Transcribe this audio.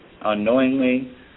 unknowingly